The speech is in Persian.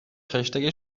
خشتک